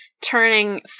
turning